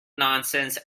nonsense